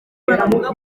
banavuga